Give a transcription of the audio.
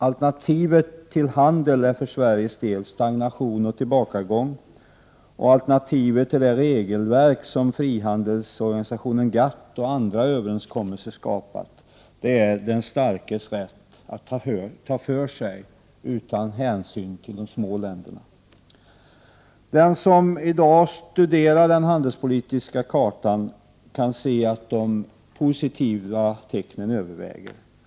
Alternativ till handel är för Sveriges del stagnation och tillbakagång, och alternativet till det regelverk som skapats genom frihandelsorganisationen GATT och andra överenskommelser är den starkes rätt att ta för sig utan hänsyn till de små länderna. Den som i dag studerar den handelspolitiska kartan kan se att de positiva tecknen överväger.